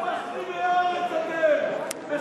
אתם מחריבי הארץ, אתם.